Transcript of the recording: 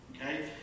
okay